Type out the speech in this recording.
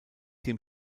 dem